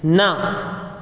ना